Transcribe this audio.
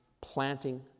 planting